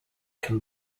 can